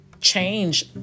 change